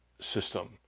system